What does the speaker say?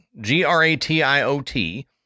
G-R-A-T-I-O-T